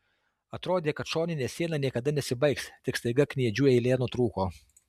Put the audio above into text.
atrodė kad šoninė siena niekada nesibaigs tik staiga kniedžių eilė nutrūko